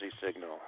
signal